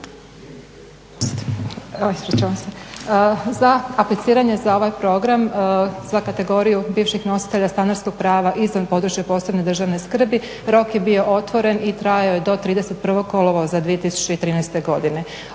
Za apliciranje za ovaj program za kategoriju bivših nositelja stanarskog prava izvan PPDS-a rok je bio otvoren i trajao je do 31. kolovoza 2013. godine.